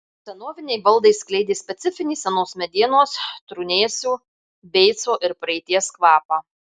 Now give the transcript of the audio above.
senoviniai baldai skleidė specifinį senos medienos trūnėsių beico ir praeities kvapą